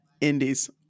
indies